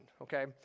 okay